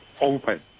open